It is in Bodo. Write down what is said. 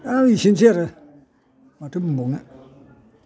दा इसेनोसै आरो माथो बुंबावनो